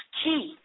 key